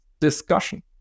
discussion